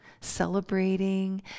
celebrating